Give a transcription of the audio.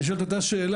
אני שואל את אותה שאלה,